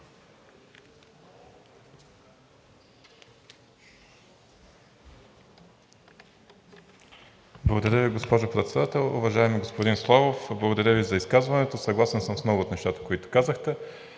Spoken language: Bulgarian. Благодаря Ви, госпожо Председател. Уважаеми господин Славов, благодаря Ви за изказването. Съгласен съм с много от нещата, които казахте.